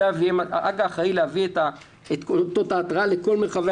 הג"א אחראי להביא את אותות ההתרעה לכל מרחבי